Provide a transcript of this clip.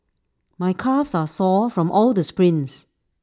my calves are sore from all the sprints